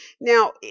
now